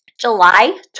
July